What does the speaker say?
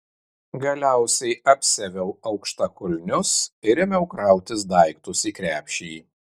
galiausiai apsiaviau aukštakulnius ir ėmiau krautis daiktus į krepšį